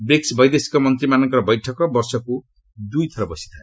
BRICS ବୈଦେଶିକ ମନ୍ତ୍ରୀମାନଙ୍କର ବୈଠକ ବର୍ଷକୁ ଦୁଇ ଥର ବସିଥାଏ